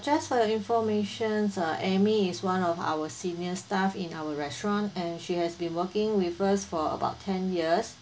just for your informations uh amy is one of our senior staff in our restaurant and she has been working with us for about ten years